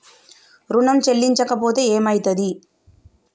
ఋణం చెల్లించకపోతే ఏమయితది?